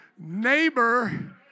neighbor